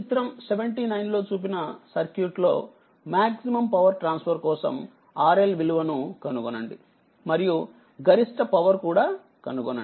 చిత్రం 79 లో చూపిన సర్క్యూట్ లో మాక్సిమం పవర్ ట్రాన్స్ఫర్ కోసంRL విలువ కనుగొనండి మరియు గరిష్ట పవర్ కూడా కనుగొనండి